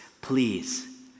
please